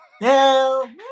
No